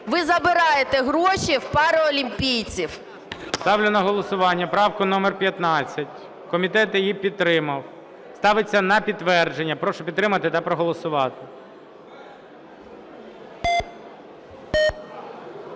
ви забираєте гроші в паралімпійців. ГОЛОВУЮЧИЙ. Ставлю на голосування правку номер 15. Комітет її підтримав. Ставиться на підтвердження. Прошу підтримати та проголосувати.